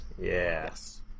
Yes